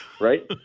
Right